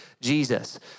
Jesus